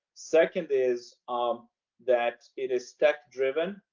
second is um that it is tech-driven,